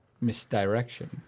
misdirection